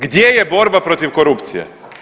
Gdje je borba protiv korupcije?